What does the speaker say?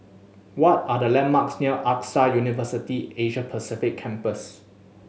what are the landmarks near AXA University Asia Pacific Campus